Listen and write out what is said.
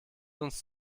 uns